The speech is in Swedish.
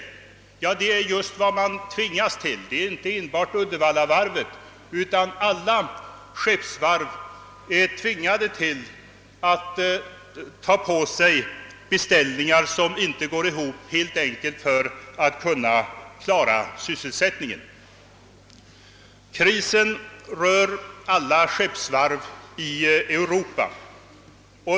Ja, det är just vad man tvingas till! Inte enbart Uddevallavarvet utan alla skeppsvarv är tvingade till att ta på sig beställningar som inte går ihop; detta helt enkelt för att kunna klara sysselsättningen. Krisen rör alla skeppsvarv i Europa.